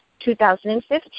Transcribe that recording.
2015